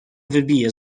wybiję